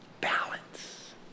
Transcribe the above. balance